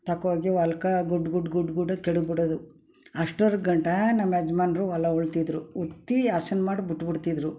ತಗೊ ಹೋಗಿ ಹೊಲ್ಕೆ ಗುಡ್ ಗುಡ್ ಗುಡ್ ಗುಡ ಕೆಡಗಿ ಬಿಡೋದು ಅಷ್ಟರ ಗಂಟ ನಮ್ಮ ಯಜಮಾನ್ರು ಹೊಲ ಉಳ್ತಿದ್ರು ಉತ್ತಿ ಹಸನು ಮಾಡಿ ಬಿಟ್ಬಿಡ್ತಿದ್ರು